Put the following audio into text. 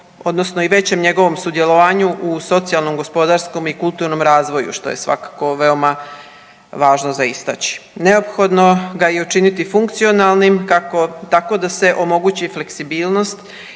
odnosno i većem njegovom sudjelovanju u socijalnom, gospodarskom i kulturnom razvoju što je svakako veoma važno za istaći. Neophodno ga je i učiniti funkcionalnim tako da se omogući fleksibilnost